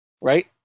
right